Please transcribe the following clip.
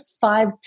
five